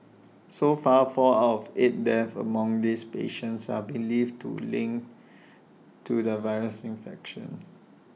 so far four out of eight deaths among these patients are believed to linked to the virus infection